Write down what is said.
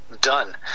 Done